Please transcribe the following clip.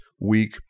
week